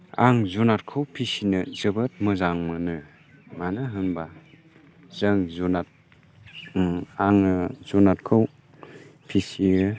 आं जुनादखौ फिसिनो जोबोद मोजां मोनो मानो होनोब्ला जों जुनाद आङो जुनादखौ फिसियो